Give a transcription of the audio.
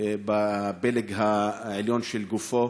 בפלג העליון של גופו